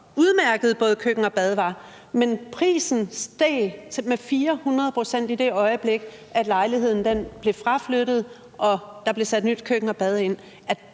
udmærket både køkken og bad var, men prisen stiger med 400 pct. i det øjeblik, lejligheden bliver fraflyttet og der bliver sat nyt køkken og bad ind.